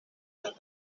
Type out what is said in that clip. las